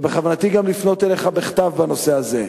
ובכוונתי גם לפנות אליך בכתב בנושא הזה,